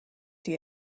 see